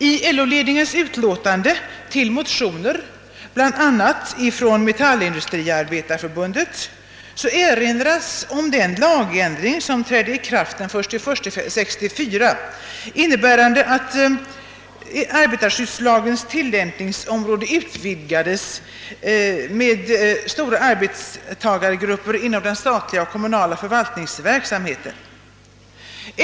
I LO-ledningens utlåtande över motioner, bl.a. från Metallindustriarbetareförbundet, erinras om den lagändring som trädde i kraft den 1 januari 1964, innebärande att arbetarskyddslagens tillämpningsområde utvidgades med stora arbetstagargrupper inom den statliga och kommunala förvaltningsverksamheten.